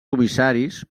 comissaris